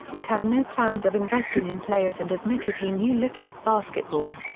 but had no plans of investing in players and admitted he knew little of basketball.